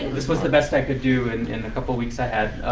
this was the best i could do and in the couple of weeks i had.